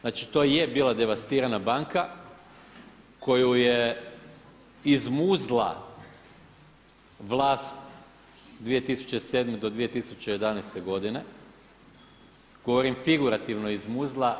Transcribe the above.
Znači to je bila devastirana banka koju je izmuzla vlast 2007. do 2011. godine, govorim figurativno izmuzla.